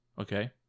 Okay